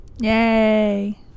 Yay